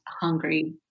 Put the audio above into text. hungry